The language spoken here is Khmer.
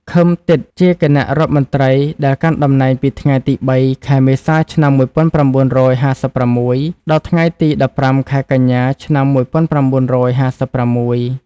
ឃឹម ទិតជាគណៈរដ្ឋមន្ត្រីដែលកាន់តំណែងពីថ្ងៃទី ៣ ខែមេសា ឆ្នាំ១៩៥៦ ដល់ថ្ងៃទី ១៥ ខែកញ្ញា ឆ្នាំ១៩៥៦។